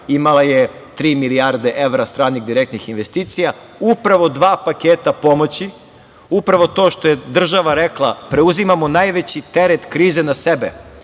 imala je tri milijarde evra stranih direktnih investicija. Upravo dva paketa pomoći, upravo to što je država rekla – preuzimamo najveći teret krize na sebe,